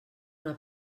una